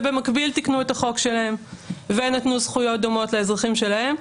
ובמקביל תיקנו את החוק שלהם ונתנו זכויות דומות לאזרחים שלהם,